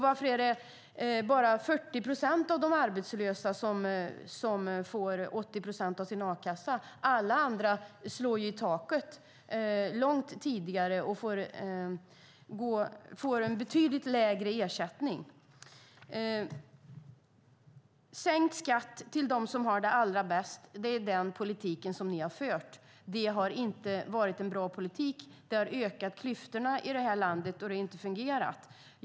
Varför är det bara 40 procent av de arbetslösa som får 80 procent av sin a-kassa? Alla andra slår ju i taket långt tidigare och får betydligt lägre ersättning. Sänkt skatt för dem som har det allra bäst - det är den politik ni har fört. Det har inte varit en bra politik. Det har ökat klyftorna i landet, och det har inte fungerat.